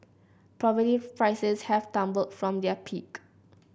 property prices have tumbled from their peak